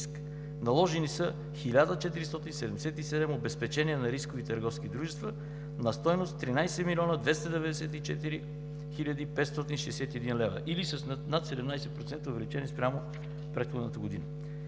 Наложени са 1477 обезпечения на рискови търговски дружества на стойност 13 млн. 294 хил. 561 лв. или с над 17% увеличение спрямо предходната година.